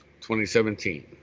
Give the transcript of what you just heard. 2017